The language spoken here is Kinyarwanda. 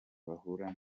bahura